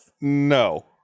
No